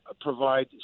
provide